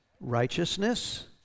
righteousness